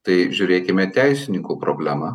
tai žiūrėkime teisininkų problemą